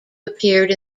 appeared